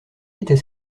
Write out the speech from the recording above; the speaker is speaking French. était